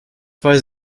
weiß